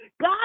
God